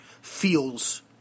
feels